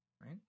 right